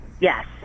yes